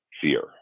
fear